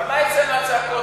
אבל מה יצא רק מהצעקות?